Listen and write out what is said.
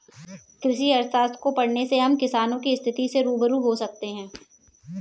कृषि अर्थशास्त्र को पढ़ने से हम किसानों की स्थिति से रूबरू हो सकते हैं